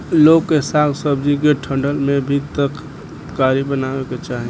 लोग के साग सब्जी के डंठल के भी तरकारी बनावे के चाही